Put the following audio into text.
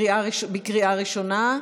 בקריאה ראשונה.